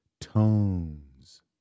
tones